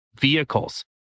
vehicles